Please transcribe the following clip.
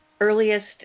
earliest